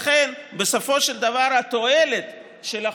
לכן בסופו של דבר התועלת של החוק,